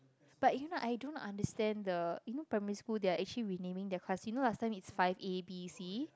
but you know I don't understand the you know primary school they are actually renaming their class you know last time is five A B C